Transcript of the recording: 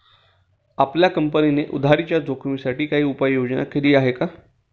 आपल्या कंपनीने उधारीच्या जोखिमीसाठी काही उपाययोजना केली आहे का?